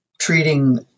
treating